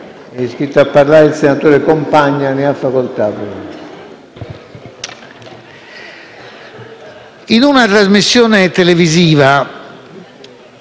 in una trasmissione televisiva